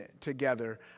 together